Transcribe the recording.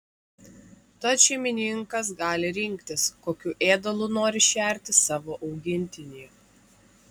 tad šeimininkas gali rinktis kokiu ėdalu nori šerti savo augintinį